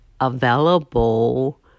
available